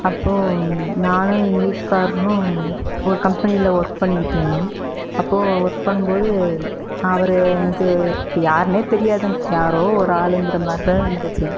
அப்போது நானும் எங்கள் வீட்டுக்காரரும் ஒரு கம்பெனியில் ஒர்க் பண்ணிக்கிட்டு இருந்தோம் அப்போது ஒர்க் பண்ணும்போது அவர் எனக்கு யார்னே தெரியாது யாரோ ஒரு ஆளுங்கிற மாதிரி தான் இருந்துச்சி